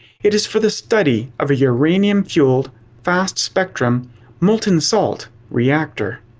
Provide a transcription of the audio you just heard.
it is for the study of a uranium fueled fast-spectrum molten salt reactor.